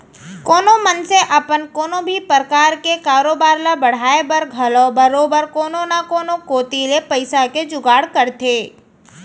कोनो मनसे अपन कोनो भी परकार के कारोबार ल बढ़ाय बर घलौ बरोबर कोनो न कोनो कोती ले पइसा के जुगाड़ करथे